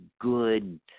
good